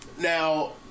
Now